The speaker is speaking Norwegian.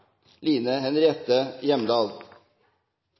Line Henriette Hjemdal.